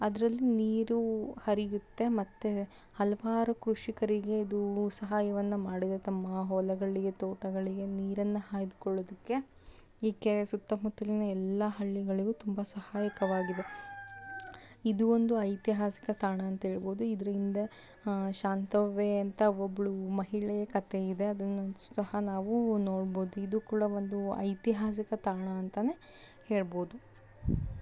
ಅದರಲ್ಲಿ ನೀರು ಹರಿಯುತ್ತೆ ಮತ್ತೆ ಹಲವಾರು ಕೃಷಿಕರಿಗೆ ಇದು ಸಹಾಯವನ್ನು ಮಾಡಿದೆ ತಮ್ಮ ಹೊಲಗಳಿಗೆ ತೋಟಗಳಿಗೆ ನೀರನ್ನು ಹಾಯಿಸ್ಕೊಳ್ಳೋದಕ್ಕೆ ಈ ಕೆರೆ ಸುತ್ತ ಮುತ್ತಲಿನ ಎಲ್ಲ ಹಳ್ಳಿಗಳಿಗೂ ತುಂಬ ಸಹಾಯಕವಾಗಿದೆ ಇದು ಒಂದು ಐತಿಹಾಸಿಕ ತಾಣ ಅಂತ ಹೇಳ್ಬೋದು ಇದರ ಹಿಂದೆ ಶಾಂತವ್ವೆ ಅಂತ ಒಬ್ಬಳು ಮಹಿಳೆ ಕಥೆ ಇದೆ ಅದನ್ನು ಸಹ ನಾವು ನೋಡ್ಬೋದು ಇದು ಕೂಡ ಒಂದು ಐತಿಹಾಸಿಕ ತಾಣ ಅಂತನೇ ಹೇಳ್ಬೋದು